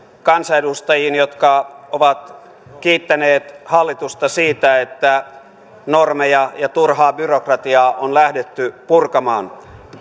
kansanedustajiin jotka ovat kiittäneet hallitusta siitä että normeja ja turhaa byrokratiaa on lähdetty purkamaan